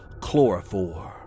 Chloroform